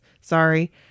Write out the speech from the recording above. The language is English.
Sorry